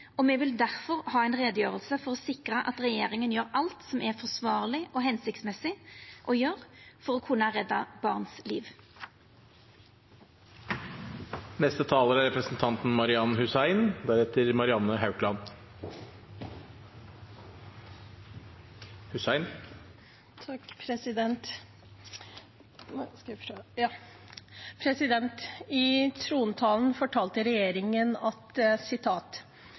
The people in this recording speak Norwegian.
og me vil derfor ha ei utgreiing for å sikra at regjeringa gjer alt som er forsvarleg og hensiktsmessig å gjera for å kunna redda barns liv. I trontalen fortalte regjeringen: «Flere innvandrere må inkluderes i arbeidsmarkedet gjennom bedre integrering. Vi må